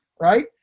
right